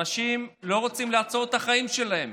אנשים לא רוצים לעצור את החיים שלהם